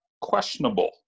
questionable